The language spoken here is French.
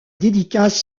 dédicace